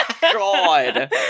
god